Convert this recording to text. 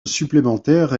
supplémentaire